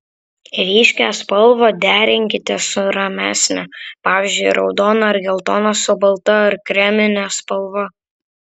ryškią spalvą derinkite su ramesne pavyzdžiui raudoną ar geltoną su balta ar kremine spalva